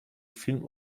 film